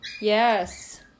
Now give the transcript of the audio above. Yes